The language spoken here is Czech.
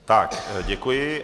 Tak děkuji.